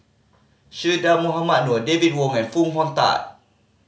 Che Dah Mohamed Noor David Wong and Foo Hong Tatt